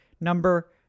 number